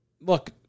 Look